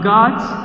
God's